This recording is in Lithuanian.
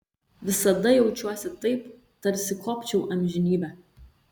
visada jaučiuosi taip tarsi kopčiau amžinybę